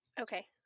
Okay